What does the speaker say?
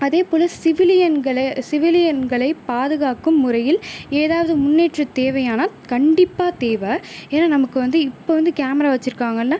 அதே போலே சிவிலியன்களை சிவிலியன்களை பாதுகாக்கும் முறையில் ஏதாவது முன்னேற்றம் தேவையானா கண்டிப்பாக தேவை ஏன்னால் நமக்கு வந்து இப்போ வந்து கேமரா வச்சுருக்காங்கன்னா